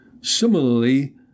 Similarly